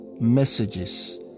messages